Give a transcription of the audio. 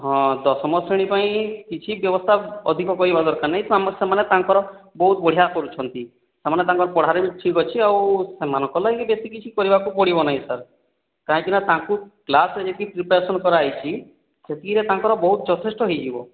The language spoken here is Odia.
ହଁ ଦଶମ ଶ୍ରେଣୀ ପାଇଁ କିଛି ବ୍ୟବସ୍ତା ଅଧିକ କରିବା ଦରକାର ନାହିଁ ସେମାନେ ତାଙ୍କର ବହୁତ ବଢ଼ିଆ କରୁଛନ୍ତି ସେମାନେ ତାଙ୍କର ପଢ଼ାରେ ବି ଠିକ୍ ଅଛି ଆଉ ସେମାନଙ୍କ ଲାଗି ବେଶୀ କିଛି କରିବାକୁ ପଡ଼ିବ ନାହିଁ ସାର୍ କାହିଁକିନା ତାଙ୍କୁ କ୍ଲାସ୍ରେ ଯେତିକି ପ୍ରିପାରେସନ୍ କରାହୋଇଛି ସେତିକିରେ ତାଙ୍କର ବହୁତ ଯଥେଷ୍ଟ ହୋଇଯିବ